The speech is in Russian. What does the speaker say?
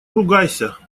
ругайся